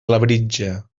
labritja